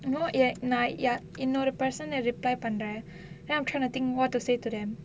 you know eh நா:naa ya இன்னொரு:innoru person ah reply பண்றேன்:pandraen then I'm trying to think what to say to them